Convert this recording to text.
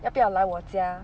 要不要来我家